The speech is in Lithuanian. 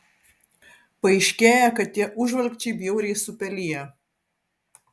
paaiškėja kad tie užvalkčiai bjauriai supeliję